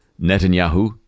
Netanyahu